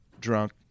drunk